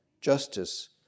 justice